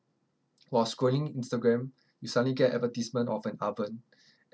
while scrolling instagram you suddenly get advertisement of an oven